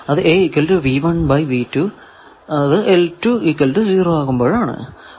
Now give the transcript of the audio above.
അത് ആണ്